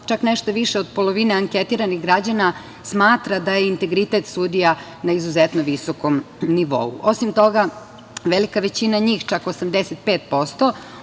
čak nešto više od polovine anketiranih građana smatra da je integritet sudija na izuzetno visokom nivou. Osim toga, velika većina njih, čak 85%